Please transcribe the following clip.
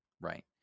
right